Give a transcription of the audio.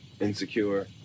insecure